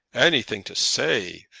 anything to say!